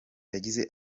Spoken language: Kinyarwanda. yagize